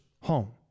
home